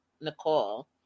Nicole